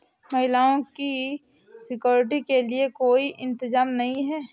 महिलाओं की सिक्योरिटी के लिए कोई इंतजाम नहीं है